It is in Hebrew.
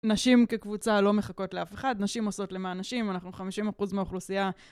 נשים כקבוצה לא מחכות לאף אחד, נשים עושות למען נשים, אנחנו 50% מהאוכלוסייה.